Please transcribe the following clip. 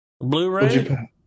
Blu-ray